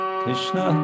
krishna